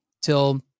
till